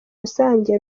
rusange